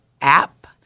App